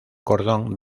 cordón